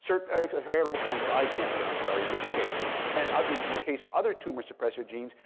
sort of heritable kinds of eye cancer i'm sorry in this case and ah in in the case of other tumor suppressor genes,